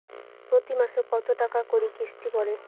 প্রতি মাসে কতো টাকা করি কিস্তি পরে?